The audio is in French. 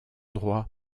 droit